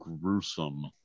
gruesome